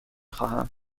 خواهم